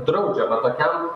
draudžiama tokiam